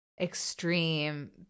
extreme